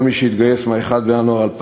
כל מי שהתגייס מ-1 בינואר 2004,